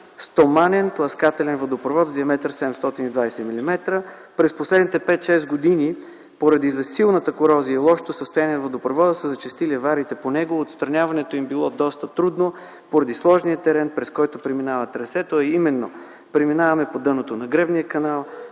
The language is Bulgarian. стоманен тласкателен водопровод с диаметър 720 милиметра. През последните 5-6 години, поради засилената корозия и лошото състояние на водопровода, са зачестили авариите по него. Отстраняването им е било доста трудно, поради сложния терен, през който преминава трасето, а именно: преминаване по дъното на гребния канал,